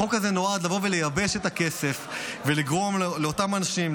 החוק הזה נועד לבוא ולייבש את הכסף ולגרום לאותם אנשים,